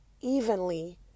evenly